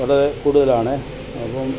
വളരെ കൂടുതലാണ് അപ്പം